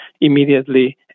immediately